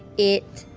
it